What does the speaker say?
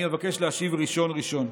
אני אבקש להשיב על ראשון ראשון.